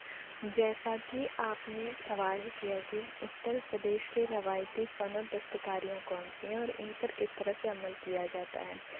جیسا کہ آپ نے سوال کیا کہ اتر پردیش کے روایتی فن اور دستکاریاں کون سی ہیں اور ان پر کس طرح سے عمل کیا جاتا ہے